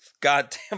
goddamn